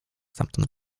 stamtąd